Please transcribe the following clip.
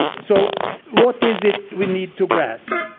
so what is it we need to grasp?